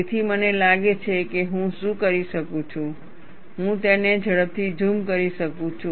તેથી મને લાગે છે કે હું શું કરી શકું છું હું તેને ઝડપથી ઝૂમ કરી શકું છું